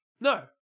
No